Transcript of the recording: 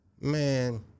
man